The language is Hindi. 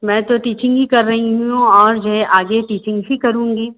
मैं तो टीचिंग ही कर रही हूँ और जो है आगे टीचिंग ही करूँगी